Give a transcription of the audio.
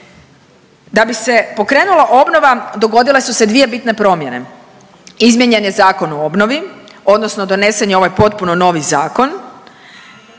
Da bi se pokrenula obnova dogodile su se dvije bitne promjene, izmijenjen je Zakon o obnovi odnosno donesen je ovaj potpuno novi zakon.